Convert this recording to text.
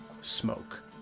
smoke